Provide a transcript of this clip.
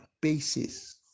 basis